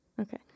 Okay